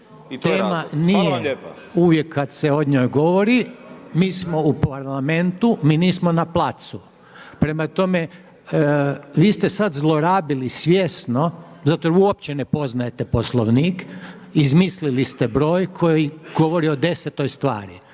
Tema nije uvijek kad se o njoj govori. Mi smo u Parlamentu, mi nismo na placu. Prema tome, vi ste sad zlorabili svjesno zato jer uopće ne poznajete Poslovnik. Izmislili ste broj koji govori o desetoj stvari.